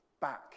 back